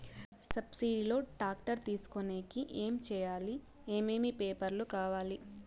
Subsidy లో tractor తీసుకొనేకి ఏమి చేయాలి? ఏమేమి పేపర్లు కావాలి?